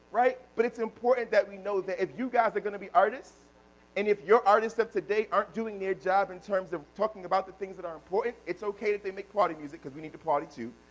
right? but it's that we know that if you guys are going to be artists and if your artists of today aren't doing their job in terms of talking about the things that are important, it's okay that they make party music, because we need to party too.